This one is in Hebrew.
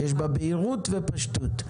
שיש בה בהירות ופשטות.